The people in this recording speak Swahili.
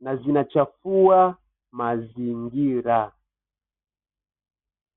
na zinachafua mazingira.